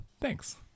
Thanks